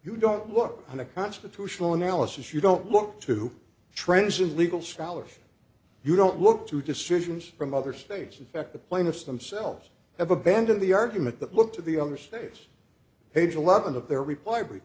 you don't look on a constitutional analysis you don't look to trends in legal scholars you don't look to decisions from other states in fact the plaintiffs themselves have abandoned the argument that look to the other states page eleven of their reply b